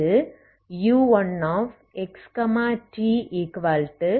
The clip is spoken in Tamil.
இது u1xt0க்கு சமம்